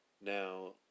Now